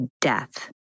death